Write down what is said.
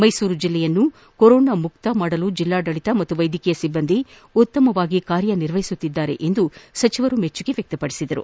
ಮೈಸೂರು ಜಿಲ್ಲೆಯನ್ನು ಕೊರೋನಾ ಮುಕ್ತ ಮಾಡಲು ಜಿಲ್ಲಾಡಳಿತ ಹಾಗೂ ವೈದ್ಯಕೀಯ ಸಿಬ್ಬಂದಿ ಉತ್ತಮವಾಗಿ ಕಾರ್ಯನಿರ್ವಹಿಸುತ್ತಿದ್ದಾರೆ ಎಂದು ಸಚಿವರು ಮೆಚ್ಚುಗೆ ವ್ಯಕ್ತಪಡಿಸಿದರು